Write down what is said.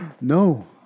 no